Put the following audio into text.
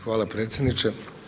Hvala predsjedniče.